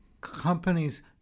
Companies